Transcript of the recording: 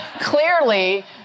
clearly